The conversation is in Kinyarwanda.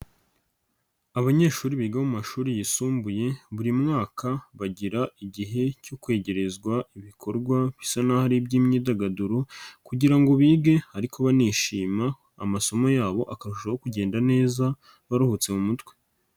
Abanyeshuri biga mu mashuri yisumbuye buri mwaka bagira igihe cyo kwegerezwa ibikorwa bisa naho ari iby'imyidagaduro kugira ngo bige ariko banishima amasomo yabo akarushaho kugenda neza baruhutse mu mutwe.